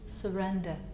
surrender